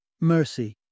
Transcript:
mercy